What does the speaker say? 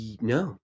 no